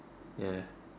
ya